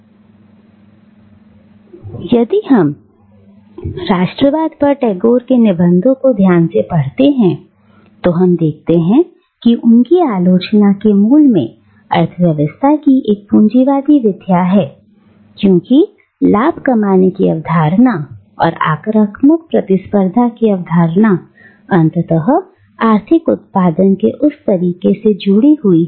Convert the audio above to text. अब यदि हम राष्ट्रवाद पर टैगोर के निबंधों को ध्यान से पढ़ते हैं तो हम देखते हैं कि उनकी आलोचना के मूल में अर्थव्यवस्था की एक पूंजीवादी विद्या है क्योंकि लाभ कमाने की अवधारणा और आक्रामक प्रतिस्पर्धा की अवधारणा अंततः आर्थिक उत्पादन के उस तरीके से जुड़ी हुई है